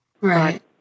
Right